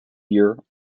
year